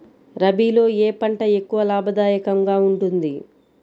రబీలో ఏ పంట ఎక్కువ లాభదాయకంగా ఉంటుంది?